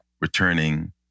returning